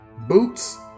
boots